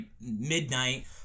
midnight